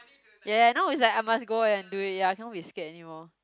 ya ya now is like I must go and do it ya I cannot be scared anymore